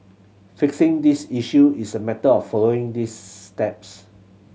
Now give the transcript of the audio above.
fixing these issue is a matter of following this steps